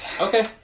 Okay